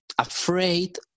afraid